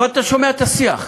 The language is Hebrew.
אבל אתה שומע את השיח,